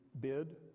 bid